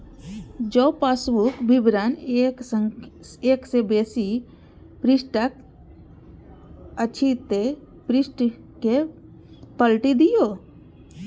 जौं पासबुक विवरण एक सं बेसी पृष्ठक अछि, ते पृष्ठ कें पलटि दियौ